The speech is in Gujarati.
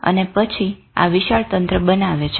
અને પછી આ વિશાળ તંત્ર બનાવે છે